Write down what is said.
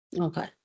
Okay